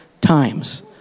times